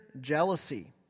jealousy